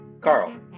Carl